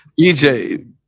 EJ